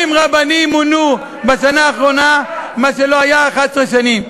70 רבנים מונו בשנה האחרונה, מה שלא היה 11 שנים.